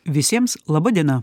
visiems laba diena